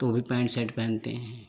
तो वो भी पैंट सर्ट पहनते हैं